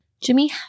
Jimmy